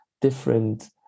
different